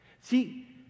See